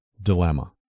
dilemma